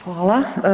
Hvala.